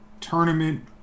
tournament